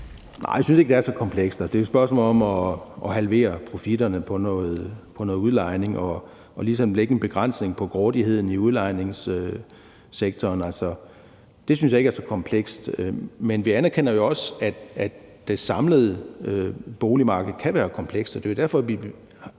Nej, jeg synes ikke, det er så komplekst. Det er et spørgsmål om at halvere profitterne på noget udlejning og ligesom lægge en begrænsning på grådigheden i udlejningssektoren. Det synes jeg ikke er så komplekst. Vi anerkender jo også, at det samlede boligmarked kan være komplekst, og det er jo derfor, at vi